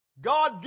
God